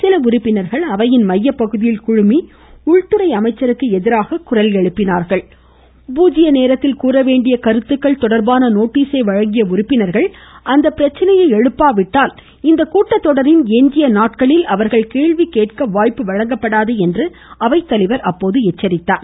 சில உறுப்பினர்கள் அவையின் மையப்பகுதியில் குழுமி உள்துறை அமைச்சருக்கு எதிராக குரல் எழுப்பினார்கள் பூஜ்ஜிய நேரத்தில் கூறவேண்டிய கருத்துக்கள் தொடர்பான நோட்டீஸை வழங்கிய உறுப்பினர்கள் அப்பிரச்சனையை எழுப்பாவிட்டால் இந்த கீட்டத்தொடரின் எஞ்சிய நாட்களில் அவர்கள் கேள்வி கேட்க வாய்ப்பு வழங்கப்படாது என்று அவைத்தலைவர் எச்சரித்தார்